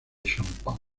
champán